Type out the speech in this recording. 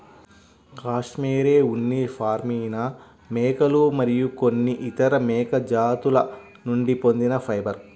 cashmere ఉన్ని పాష్మినా మేకలు మరియు కొన్ని ఇతర మేక జాతుల నుండి పొందిన ఫైబర్